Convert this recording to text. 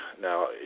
Now